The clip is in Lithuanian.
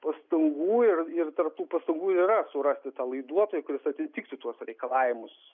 pastangų ir ir tarp tų pastangų yra surasti tą laiduotoją kuris atitiktų tuos reikalavimus